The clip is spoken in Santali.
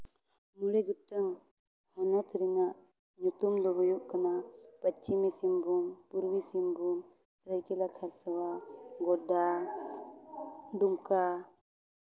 ᱢᱚᱬᱮ ᱜᱚᱴᱟᱝ ᱦᱚᱱᱚᱛ ᱨᱮᱭᱟᱜ ᱧᱩᱛᱩᱢ ᱫᱚ ᱦᱩᱭᱩᱜ ᱠᱟᱱᱟ ᱯᱚᱥᱪᱤᱢᱤ ᱥᱤᱝᱵᱷᱩᱢ ᱯᱩᱨᱵᱚ ᱥᱤᱝᱵᱷᱩᱢ ᱥᱟᱹᱨᱟᱹᱭᱠᱮᱞᱞᱟ ᱠᱷᱟᱨᱥᱟᱣᱟ ᱜᱳᱰᱰᱟ ᱫᱩᱢᱠᱟ